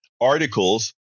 articles